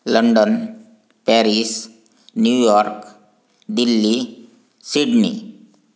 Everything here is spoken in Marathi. London Paris New York Delhi Sydney